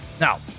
Now